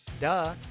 duh